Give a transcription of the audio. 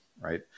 Right